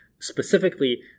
specifically